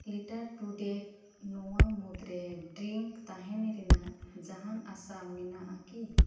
letter today ᱱᱚᱶᱟ ᱢᱩᱫᱽ ᱨᱮ ᱰᱨᱤᱝ ᱛᱟᱦᱮᱱ ᱨᱮᱱᱟᱜ ᱡᱟᱦᱟᱱ ᱟᱥᱟ ᱢᱮᱱᱟᱜᱼ ᱟ ᱠᱤ